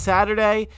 Saturday